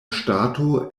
ŝtato